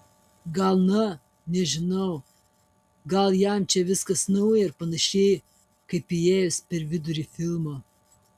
gal na nežinau gal jam čia viskas nauja ar panašiai kaip įėjus per vidurį filmo